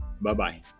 Bye-bye